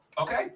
Okay